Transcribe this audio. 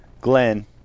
Glenn